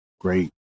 great